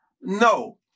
no